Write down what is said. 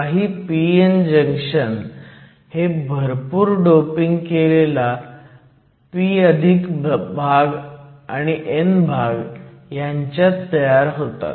काही p n junction हे भरपूर डोपिंग केलेला p भाग आणि n भाग ह्यांच्यात तयार होतात